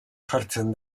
jartzen